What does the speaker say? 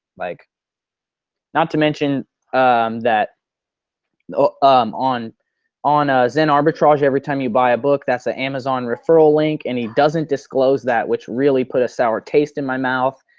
like not to mention um that um on on ah zen arbitrage every time you buy a book, that's an ah amazon referral link and he doesn't disclose that which really put a sour taste in my mouth.